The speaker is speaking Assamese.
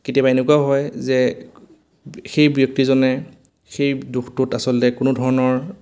কেতিয়াবা এনেকুৱাও হয় যে সেই ব্যক্তিজনে সেই দুখটোত আচলতে কোনো ধৰণৰ